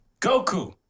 Goku